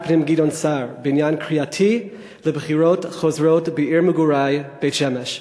הפנים גדעון סער בעניין קריאתי לבחירות חוזרות בעיר מגורי בית-שמש.